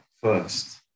first